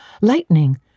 lightning